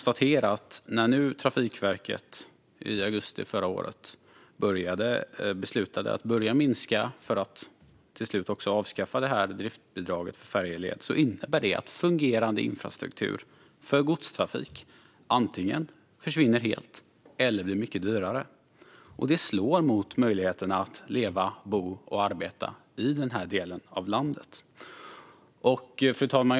Trafikverkets beslut i augusti förra året om att börja minska för att till slut avskaffa driftsbidraget till färjeled innebär att fungerande infrastruktur för godstrafik antingen försvinner helt eller blir mycket dyrare. Det slår mot möjligheten att leva, bo och arbeta i den här delen av landet. Fru talman!